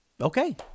okay